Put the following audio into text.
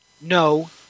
No